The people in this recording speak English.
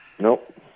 Nope